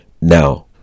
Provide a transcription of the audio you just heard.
Now